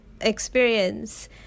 experience